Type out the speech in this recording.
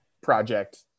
project